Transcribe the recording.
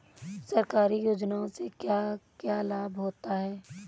सरकारी योजनाओं से क्या क्या लाभ होता है?